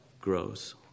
grows